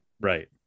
right